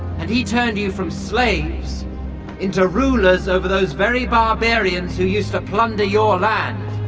and he turned you from slaves into rulers over those very barbarians who used to plunder your land.